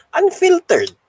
unfiltered